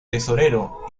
tesorero